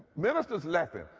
ministers left hill.